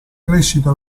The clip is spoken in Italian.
crescita